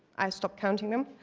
i stopped counting them.